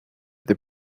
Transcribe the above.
the